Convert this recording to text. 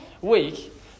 week